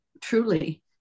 truly